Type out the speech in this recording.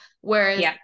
whereas